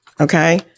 okay